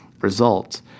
result